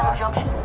jumpshot?